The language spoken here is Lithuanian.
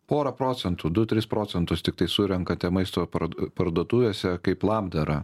porą procentų du tris procentus tiktai surenkate maisto parduotuvėse kaip labdarą